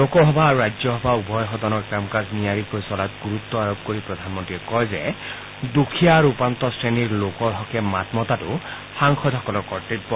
লোকসভা আৰু ৰাজ্যসভা উভয় সদনৰ কাম কাজ নিয়াৰিকৈ চলাত গুৰুত্ব আৰোপ কৰি প্ৰধানমন্ত্ৰীয়ে কয় যে দুখীয়া আৰু উপান্ত শ্ৰেণীৰ লোকৰ হকে মাত মতাটো সাংসদসকলৰ কৰ্তব্য